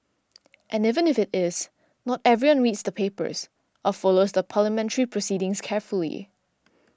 and even if it is not everyone reads the papers or follows the parliamentary proceedings carefully